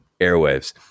airwaves